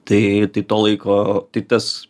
tai tai to laiko tai tas